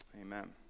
Amen